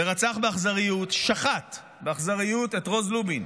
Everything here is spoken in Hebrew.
ורצח באכזריות, שחט באכזריות את רוז לובין,